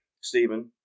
Stephen